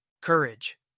Courage